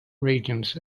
regions